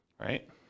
Right